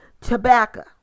Tobacco